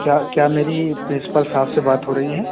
کیا کیا میری پرنسپل صاحب سے بات ہو رہی ہے